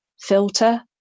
filter